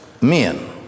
men